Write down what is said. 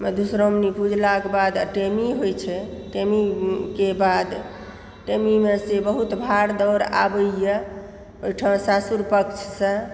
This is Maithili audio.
मधुश्रावणी पुजलाक बाद टेमी होइ छै टेमीके बाद टेमीमेसे बहुत भाड़ दौड़ आबैया ओहिठाम सासुर पक्षसँ